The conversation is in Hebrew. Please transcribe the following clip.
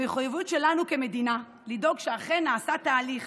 המחויבות שלנו כמדינה היא לדאוג שאכן נעשה תהליך